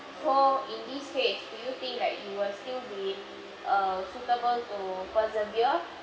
so in this case do you think like you will still with err suitable to persevere